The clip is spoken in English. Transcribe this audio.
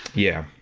yeah.